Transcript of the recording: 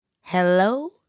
Hello